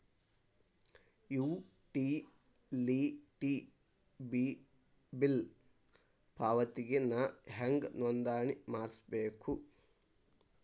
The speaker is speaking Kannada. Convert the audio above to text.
ಯುಟಿಲಿಟಿ ಬಿಲ್ ಪಾವತಿಗೆ ನಾ ಹೆಂಗ್ ನೋಂದಣಿ ಮಾಡ್ಸಬೇಕು?